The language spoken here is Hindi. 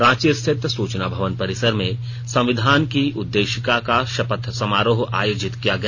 रांची स्थित सूचना भवन परिसर में संविधान की उद्देशिका का शपथ समारोह आयोजित किया गया